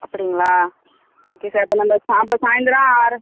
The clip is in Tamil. அப்படிங்களா ஓகே சார் இப்போ நம்ப அப்போ சாய்ந்தரம் ஆறு